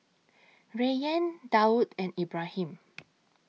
Rayyan Daud and Ibrahim